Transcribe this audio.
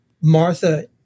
Martha